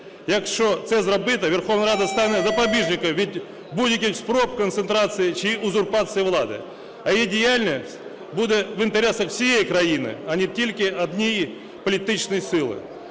Якщо це зробити, Верховна Рада стане запобіжником від будь-яких спроб концентрації чи узурпації влади, а її діяльність буде в інтересах всієї країни, а не тільки однієї політичної сили.